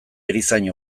erizain